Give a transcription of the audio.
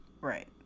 right